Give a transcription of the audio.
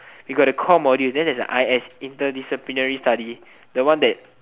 you got the core model then there's a i_s interdisciplinary study the one that